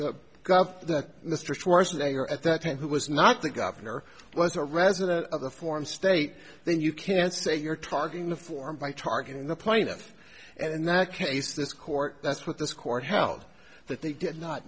the gov that mr schwarzenegger at that time who was not the governor was a resident of the form state then you can't say you're targeting the form by targeting the plaintiff and in that case this court that's what this court held that they did not